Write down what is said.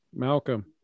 Malcolm